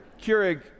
Keurig